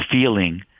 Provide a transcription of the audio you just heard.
feeling